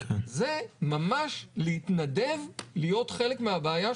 זה ממש להתנדב להיות חלק מהבעיה,